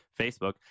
Facebook